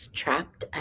trapped